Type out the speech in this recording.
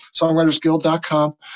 songwritersguild.com